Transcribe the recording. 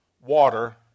water